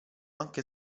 anche